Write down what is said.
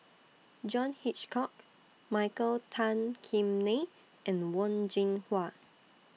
John Hitchcock Michael Tan Kim Nei and Wen Jinhua